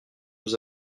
nous